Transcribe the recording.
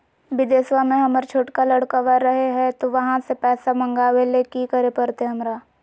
बिदेशवा में हमर छोटका लडकवा रहे हय तो वहाँ से पैसा मगाबे ले कि करे परते हमरा?